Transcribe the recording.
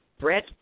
Brett